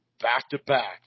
back-to-back